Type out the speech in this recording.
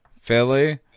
Philly